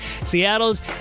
Seattle's